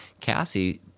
Cassie